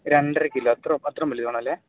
രണ്ടര കിലോ അത്രയും അത്രയും വലുത് വേണമല്ലേ